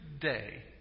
day